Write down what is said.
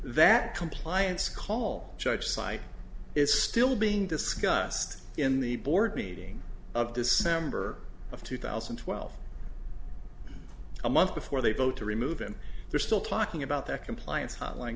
that compliance call judge site is still being discussed in the board meeting of december of two thousand and twelve a month before they vote to remove him they're still talking about that compliance hotline